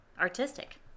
artistic